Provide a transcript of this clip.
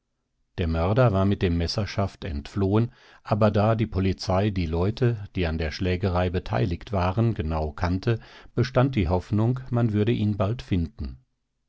der mörder war mit dem messerschaft entflohen aber da die polizei die leute die an der schlägerei beteiligt waren genau kannte bestand die hoffnung man würde ihn bald finden